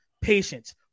Patience